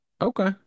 okay